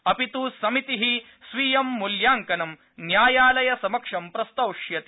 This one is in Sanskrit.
अपित् समितिः स्वीयं मूल्यांकनं न्यायालयसमक्षं प्रस्तौष्यति